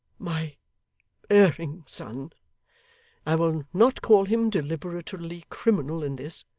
my erring son i will not call him deliberately criminal in this,